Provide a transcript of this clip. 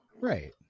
Right